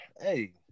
Hey